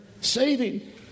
saving